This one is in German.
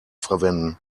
verwenden